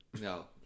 No